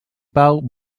pau